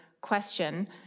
question